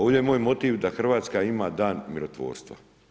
Ovdje je moj motiv da Hrvatska ima dan mirotvorstva.